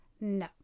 no